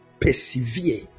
Persevere